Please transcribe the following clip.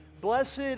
blessed